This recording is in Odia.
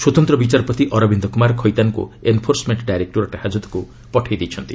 ସ୍ୱତନ୍ତ୍ର ବିଚାରପତି ଅରବିନ୍ଦ କୁମାର ଖଇତାନଙ୍କୁ ଏନ୍ଫୋର୍ସମେଣ୍ଟ ଡାଇରେକ୍ଟୋରେଟ୍ ହାଜତକୁ ପଠାଇଛନ୍ତି